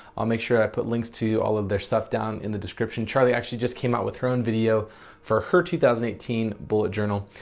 i'll make sure i put links to all of their stuff down in the description. charli actually just came out with her own video for her two thousand and eighteen bullet journal.